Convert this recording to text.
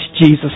Jesus